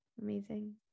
amazing